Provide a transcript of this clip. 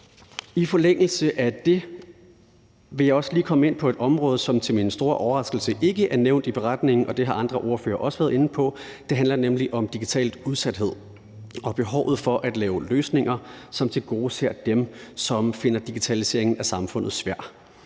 I forlængelse af det vil jeg også lige komme ind på et område, som til min store overraskelse ikke er nævnt i redegørelsen, og det har andre ordførere også været inde på, og det handler nemlig om digital udsathed og behovet for at lave løsninger, som tilgodeser dem, som finder digitaliseringen af samfundet svær.